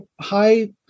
high